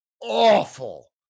awful